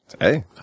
hey